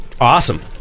Awesome